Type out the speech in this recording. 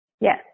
Yes